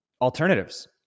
alternatives